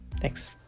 thanks